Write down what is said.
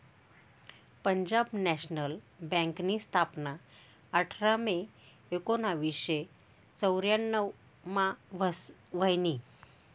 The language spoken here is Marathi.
पंजाब नॅशनल बँकनी स्थापना आठरा मे एकोनावीसशे चौर्यान्नव मा व्हयनी